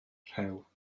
llew